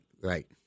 Right